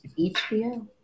HBO